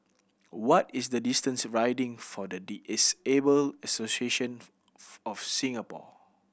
what is the distance Riding for the Disabled Association of Singapore